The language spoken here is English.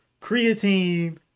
creatine